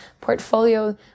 portfolio